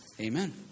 Amen